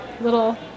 Little